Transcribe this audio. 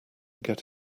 get